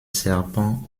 serpent